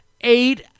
eight